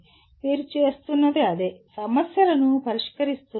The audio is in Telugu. మీరు చేస్తున్నది అదే సమస్యలను పరిష్కరిస్తున్నారు